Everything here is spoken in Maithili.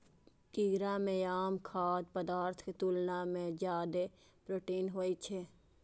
कीड़ा मे आम खाद्य पदार्थक तुलना मे जादे प्रोटीन होइ छै